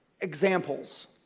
examples